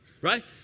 right